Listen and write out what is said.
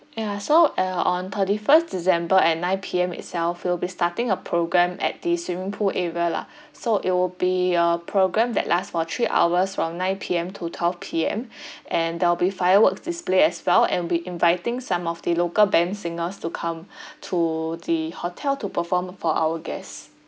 yeah so uh on thirty first december at nine P_M itself we'll be starting a programme at the swimming pool area lah so it will be a programme that lasts for three hours from nine P_M to twelve P_M and there'll be fireworks display as well and we're inviting some of the local band singers to come to the hotel to perform for our guests